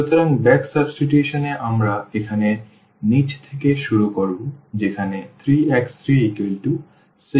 সুতরাং back substitution এ আমরা এখানে নীচ থেকে শুরু করব যেখানে 3x3 6